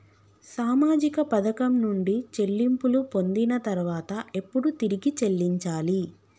సామాజిక పథకం నుండి చెల్లింపులు పొందిన తర్వాత ఎప్పుడు తిరిగి చెల్లించాలి?